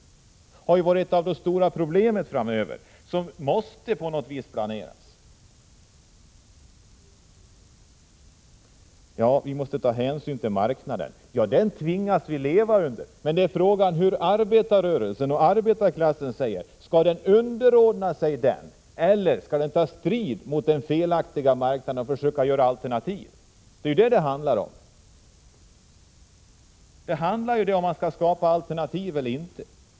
Detta kommer ju att vara det stora problemet framöver, där det på något sätt måste ske en planering. Vi måste ta hänsyn till marknaden, säger man. Ja, detta tvingas vi leva under. Men frågan är vad arbetarrörelsen och arbetarklassen säger. Skall man underordna sig marknaden eller ta strid mot den felaktiga marknaden och försöka åstadkomma alternativ? Det är ju detta det handlar om. Skall man skapa alternativ eller inte?